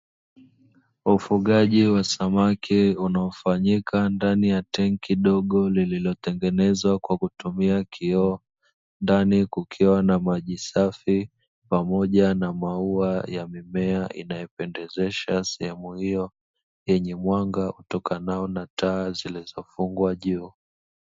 Wafugaji wa samaki unaofanyika ndani ya tenki dogo lililotengenezwa kwa kutumia kioo, ndani kukiwa na maji safi pamoja na maua yamemea inayopendezesha sehemu hiyo yenye mwanga utokanao na taa zilizofungwa juu.